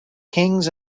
kings